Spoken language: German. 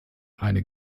eine